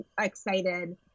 excited